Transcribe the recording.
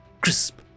crisp